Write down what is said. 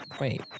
Wait